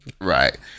Right